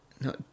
No